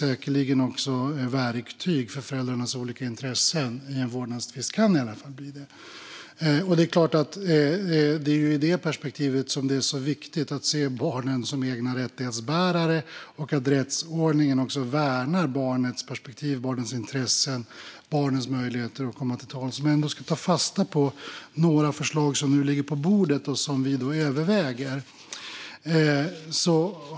Säkerligen blir de också verktyg för föräldrarnas olika intressen i en vårdnadstvist - eller kan i alla fall bli det. Det är i det perspektivet det är så viktigt att se barnen som egna rättighetsbärare och att rättsordningen också värnar barnens perspektiv, barnens intressen och barnens möjligheter att komma till tals. Låt mig ändå ta fasta på några förslag som nu ligger på bordet och som vi överväger.